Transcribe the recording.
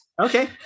okay